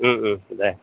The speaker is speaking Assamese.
দে